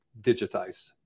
digitized